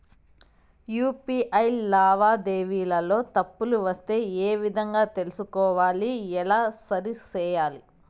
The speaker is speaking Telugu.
యు.పి.ఐ లావాదేవీలలో తప్పులు వస్తే ఏ విధంగా తెలుసుకోవాలి? ఎలా సరిసేయాలి?